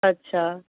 अच्छा